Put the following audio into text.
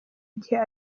gihe